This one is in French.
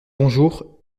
bonjour